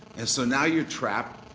and so now you're trapped,